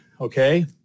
okay